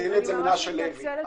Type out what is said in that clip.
את זה מנשה לוי.